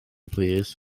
plîs